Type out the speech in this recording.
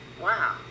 wow